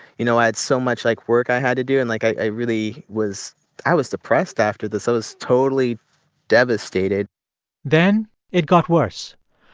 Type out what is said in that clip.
you know, i had so much, like, work i had to do. and, like, i really was i was depressed after this. i was totally devastated then it got worse.